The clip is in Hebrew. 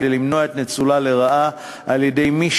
כדי למנוע את ניצולה לרעה על-ידי מי